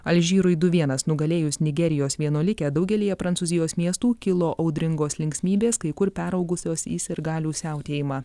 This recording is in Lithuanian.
alžyrui du vienas nugalėjus nigerijos vienuolikę daugelyje prancūzijos miestų kilo audringos linksmybės kai kur peraugusios į sirgalių siautėjimą